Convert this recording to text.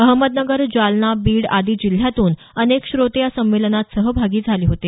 अहमदनगर जालना बीड आदी जिल्ह्यातून अनेक श्रोते या संमेलनात सहभागी झाले होते